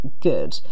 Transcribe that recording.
good